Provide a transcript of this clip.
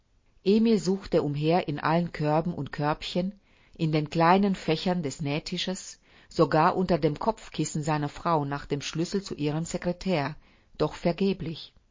emil suchte umher in allen körben und körbchen in den kleinen fächern des nähtisches sogar unter dem kopfkissen seiner frau nach dem schlüssel zu ihrem secretair doch vergeblich